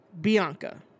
Bianca